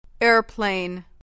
Airplane